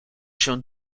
się